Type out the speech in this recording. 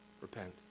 Repent